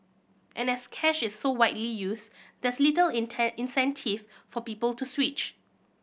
and as cash is so widely used there's little incentive for people to switch